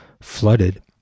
flooded